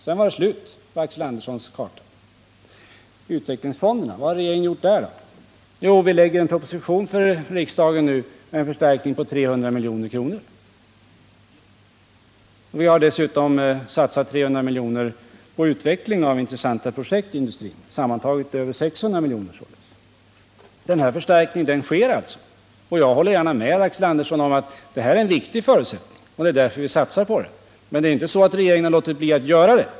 Sedan var det slut på Axel Anderssons karta. Vad har då regeringen gjort på den punkten? Jo, vi framlägger en proposition för riksdagen om en förstärkning med 300 milj.kr. Vi har dessutom satsat 300 milj.kr. på utveckling av intressanta projekt i industrin. Sammantaget således över 600 miljoner. Den här förstärkningen sker alltså. Jag håller gärna med Axel Andersson om att det är en viktig förutsättning; det är därför vi satsar på det. Men det är ju inte så att regeringen låtit bli att göra det.